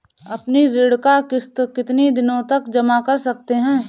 अपनी ऋण का किश्त कितनी दिनों तक जमा कर सकते हैं?